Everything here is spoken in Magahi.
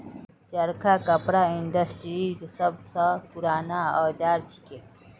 चरखा कपड़ा इंडस्ट्रीर सब स पूराना औजार छिके